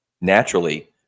naturally